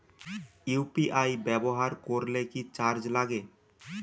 UPI ব্যবহার করলে কি চার্জ লাগে?